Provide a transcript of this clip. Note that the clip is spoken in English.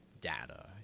data